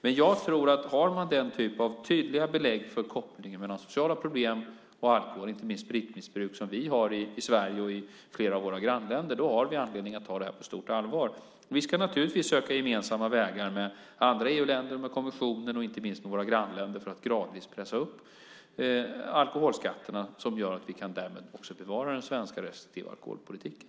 Men om man har den typen av tydliga belägg för kopplingen mellan sociala problem och alkohol, inte minst det spritmissbruk som vi har i Sverige och i flera av våra grannländer, har vi anledning att ta detta på stort allvar. Vi ska naturligtvis söka gemensamma vägar med andra EU-länder, kommissionen och inte minst med våra grannländer för att gradvis pressa upp alkoholskatterna. Därmed kan vi bevara den svenska restriktiva alkoholpolitiken.